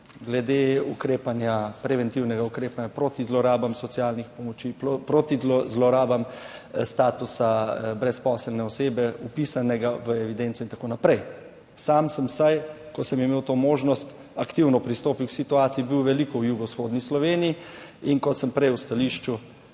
glede preventivnega ukrepanja proti zlorabam socialnih pomoči, proti zlorabam statusa brezposelne osebe, vpisanega v evidenco in tako naprej. Sam sem vsaj, ko sem imel to možnost, aktivno pristopil k situaciji, bil veliko v jugovzhodni Sloveniji, kot sem prej v stališču